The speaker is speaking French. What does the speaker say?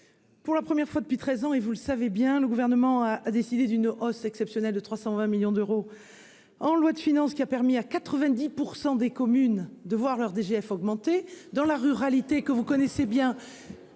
pour la première fois depuis treize ans, et vous le savez bien, le Gouvernement a décidé d'une hausse exceptionnelle de 320 millions d'euros en loi de finances, qui a permis à 90 % des communes de voir leur DGF augmenter. Dans la ruralité, que vous connaissez bien,